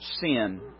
sin